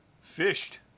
fished